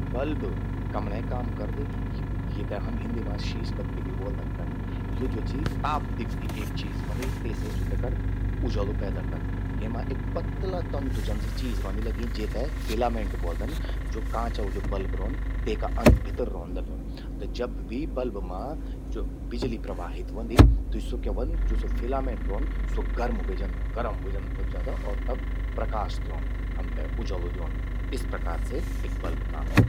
बल्ब कमण्ये काम करद। येते हिंदी मां हम शीश बत्ति भी ब्वोल्दन तन। यू ज्वो चि तापदीप्ति एक चीज व्हंदि, तेसे स्वो क्या करद, उजालु पैद करद। येमा एक पतला तंतु जनसि चीज रौंदि लग्यीं, जेते फिलामेंट ब्वोल्दन। ज्वो कांचो ज्वो बल्ब व्हंद, तेका भितर रौंद लग्यूं। त जब भी बल्ब मां बिजलि प्रवाहित व्हंदि, त स्वो क्या व्हंद, ज्वो स्वो फिलामेंट रौंद, स्वो गर्म गरम व्हे जंद। और प्रकाश द्योंद हमते। उजालु द्योंद। इस प्रकार से एक बल्द काम करद।